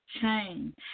change